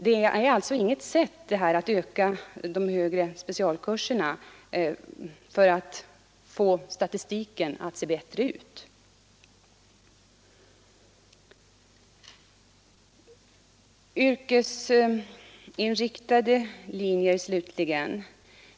Det här är alltså ingen metod att få statistiken att se bättre ut genom att öka antalet högre specialkurser.